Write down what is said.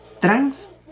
trans